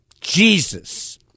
Jesus